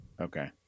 Okay